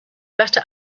better